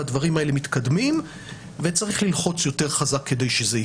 הדברים האלה מתקדמים אבל צריך ללחוץ יותר חזק כדי שזה יקרה.